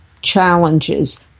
challenges